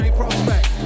prospect